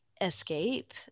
escape